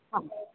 आम्